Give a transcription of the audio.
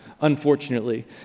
unfortunately